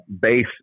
base